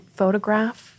photograph